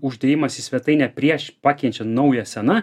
uždėjimas į svetainę prieš pakeičiant naują sena